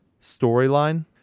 storyline